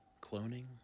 cloning